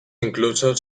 incluso